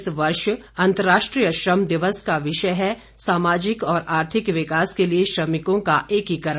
इस वर्ष अंतर्राष्ट्रीय श्रम दिवस का विषय है सामाजिक और आर्थिक विकास के लिए श्रमिकों का एकीकरण